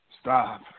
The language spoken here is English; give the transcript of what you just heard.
Stop